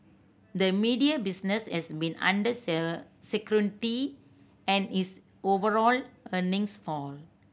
the media business has been under scrutiny and its overall earnings fall